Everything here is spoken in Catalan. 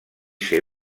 ser